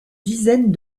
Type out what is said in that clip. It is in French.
dizaine